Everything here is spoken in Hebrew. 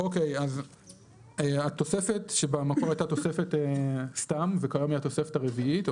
אז התוספת שבמקור הייתה תוספת סתם וכיום היא התוספת הרביעית,